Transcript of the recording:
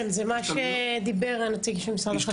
כן, זה מה שדיבר הנציג של משרד החקלאות.